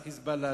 "חיזבאללה",